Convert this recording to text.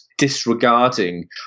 disregarding